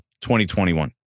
2021